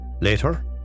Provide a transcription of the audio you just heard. Later